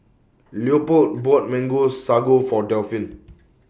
Leopold bought Mango Aago For Delphin